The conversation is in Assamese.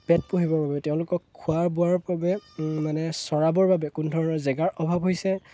পেট পুহিবৰ বাবে তেওঁলোকক খোৱা বোৱাৰ বাবে মানে চৰাবৰ বাবে কোনো ধৰণৰ জেগাৰ অভাৱ হৈছে